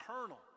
eternal